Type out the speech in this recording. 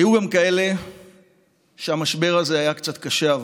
היו גם כאלה שהמשבר הזה היה קצת קשה עבורם.